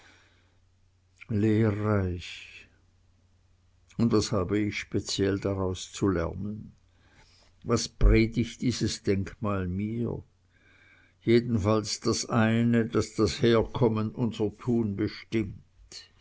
lehrreich und was habe ich speziell daraus zu lernen was predigt dies denkmal mir jedenfalls das eine daß das herkommen unser tun bestimmt